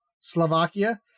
Slovakia